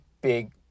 big